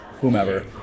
whomever